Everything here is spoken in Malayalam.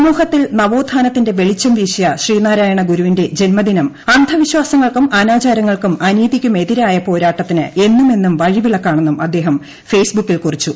സമൂഹത്തിൽ നവോഥാനത്തിന്റെ വെളിച്ചും വീശിയ ശ്രീനാരായണ ഗുരുവിന്റെ ജന്മദിനം അന്ധവിശ്വാസങ്ങൾക്കും അനാചാരങ്ങൾക്കും അനീതിക്കുമെതിരായ പോരാട്ടത്തിന് എന്നുമെന്നും വഴിവിളക്കാണെന്നും അദ്ദേഹം ഷേസ്ബുക്കിൽ കുറിച്ചു